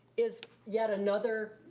is yet another.